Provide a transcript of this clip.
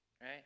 right